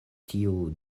tiuj